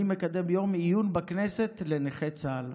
אני מקדם יום עיון בכנסת לנכי צה"ל,